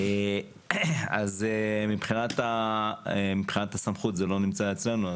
אז מבחינת הסמכות זה לא נמצא אצלנו.